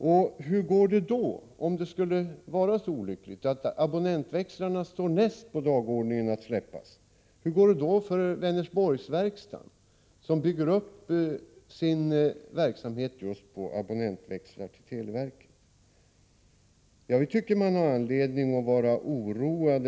Om det nu skulle vara så olyckligt att abonnentväxlarna står näst på dagordningen att släppas, hur går det då för Vänersborgsverkstaden, som bygger upp sin verksamhet på just abonnentväxlar åt televerket? Jag tycker mig ha anledning att vara oroad.